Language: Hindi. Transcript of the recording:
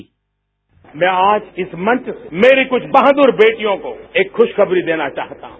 साउंड बाइट मैं आज इस मंच से मेरी कुछ बहादुर बेटियों को एक खुशखबरी देना चाहता हूं